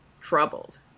troubled